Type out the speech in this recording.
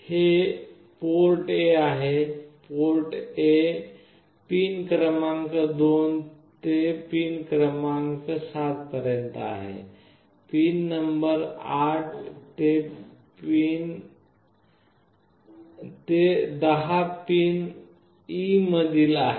हे port Aआहे port A हे पिन क्रमांक 2 ते पिन क्रमांक 7 पर्यंत आहे पिन नंबर 8 ते 10 पिन E मधील आहे